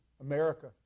America